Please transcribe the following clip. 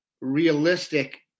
realistic